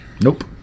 nope